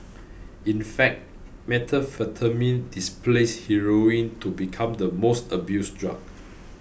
in fact methamphetamine displaced heroin to become the most abused drug